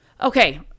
Okay